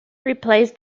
replaces